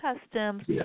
customs